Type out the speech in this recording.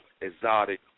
exotic